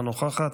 אינה נוכחת.